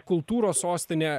kultūros sostinę